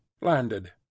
landed